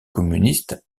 communiste